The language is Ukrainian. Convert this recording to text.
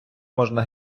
можна